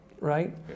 right